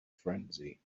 frenzy